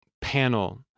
panel